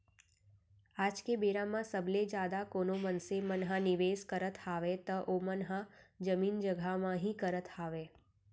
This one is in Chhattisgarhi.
आज के बेरा म सबले जादा कोनो मनसे मन ह निवेस करत हावय त ओमन ह जमीन जघा म ही करत हावय